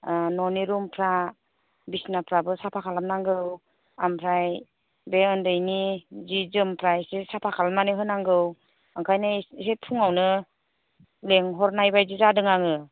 न'नि रुम फोरा बिसनाफोराबो साफा खालामनांगौ ओमफ्राय बे उन्दैनि सि जोमफ्रा एसे साफा खालामनानै होनांगौ बेनिखायनो एसे फुङावनो लिंहरनाय बायदि जादों आङो